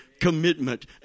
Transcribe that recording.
Commitment